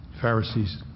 Pharisees